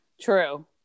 True